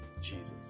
Jesus